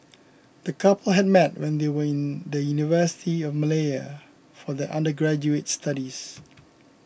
the couple had met when they were in the University of Malaya for their undergraduate studies